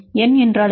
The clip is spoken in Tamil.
எண் என்றால் என்ன